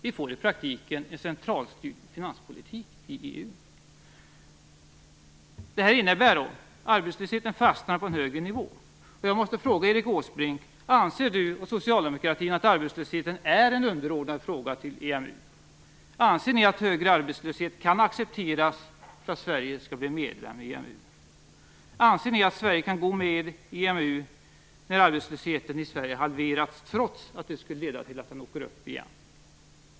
Vi får i praktiken en centralstyrd finanspolitik i EU. Det innebär att arbetslösheten fastnar på en högre nivå, och jag måste fråga: Anser Erik Åsbrink och socialdemokratin att arbetslösheten är en underordnad fråga i förhållande till EMU? Anser ni att högre arbetslöshet kan accepteras för att Sverige skall bli medlem i EMU? Anser ni att Sverige kan gå med i EMU när arbetslösheten i Sverige halveras trots att det skulle leda till att den åker upp igen?